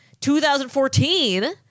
2014